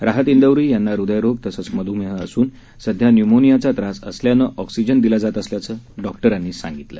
राहत दौरी यांना हृदयरोग तसंच मधुमेह असून सध्या न्युमोनियाचा त्रास असल्यानं ऑक्सिजन दिला जात असल्याचं डॉक्टरांनी सांगितलं